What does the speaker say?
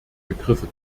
begriffe